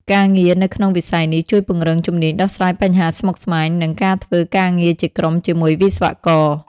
ការងារនៅក្នុងវិស័យនេះជួយពង្រឹងជំនាញដោះស្រាយបញ្ហាស្មុគស្មាញ និងការធ្វើការងារជាក្រុមជាមួយវិស្វករ។